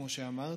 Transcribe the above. כמו שאמרת,